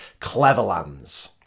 Cleverlands